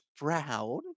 brown